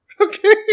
Okay